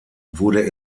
wurde